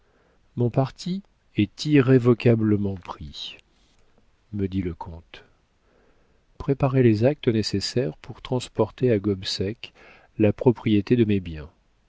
mon parti est irrévocablement pris me dit le comte préparez les actes nécessaires pour transporter à gobseck la propriété de mes biens